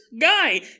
guy